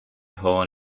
horn